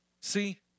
See